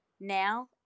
now